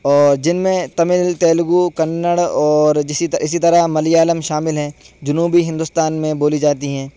اور جن میں تمل تیلگو کنڑ اور اسی طرح ملیالم شامل ہیں جنوبی ہندوستان میں بولی جاتی ہیں